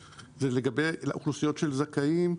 אתה לא יכול לעבוד עם המון המון התניות לכל מיני קבוצות של אנשים.